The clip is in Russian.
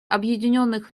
объединенных